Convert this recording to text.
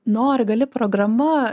nori gali programa